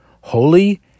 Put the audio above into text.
holy